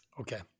Okay